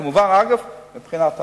כמובן, אגב, מבחינת הנוהל,